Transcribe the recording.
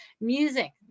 Music